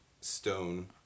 stone